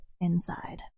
inside